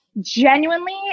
genuinely